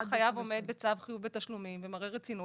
אם החייב עומד בצו חיוב בתשלומים ומראה רצינות,